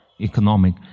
economic